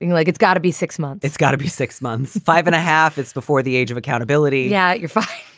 like it's got to be six month it's got to be six months, five and a half. it's before the age of accountability. yeah, you're fine.